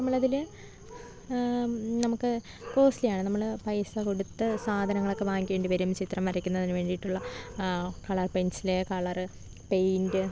നമ്മൾ അതിൽ നമുക്ക് കോസ്റ്റിലിയാണ് നമ്മൾ പൈസ കൊടുത്ത് സാധനങ്ങളൊക്കെ വാങ്ങിക്കേണ്ടി വരും ചിത്രം വരയ്ന്നതിനുവേണ്ടിട്ടുള്ള കളർ പെൻസിൽ കളർ പെയിൻറ്റ്